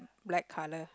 black colour